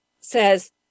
says